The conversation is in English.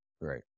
Right